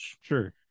Sure